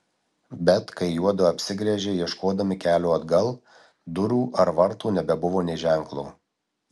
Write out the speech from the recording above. bet kai juodu apsigręžė ieškodami kelio atgal durų ar vartų nebebuvo nė ženklo